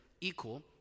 equal